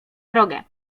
drogę